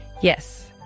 yes